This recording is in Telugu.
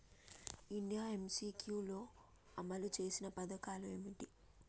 ఇండియా ఎమ్.సి.క్యూ లో అమలు చేసిన పథకాలు ఏమిటి?